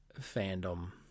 fandom